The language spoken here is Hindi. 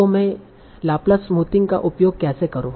तों मैं लाप्लास स्मूथिंग का उपयोग कैसे करूँ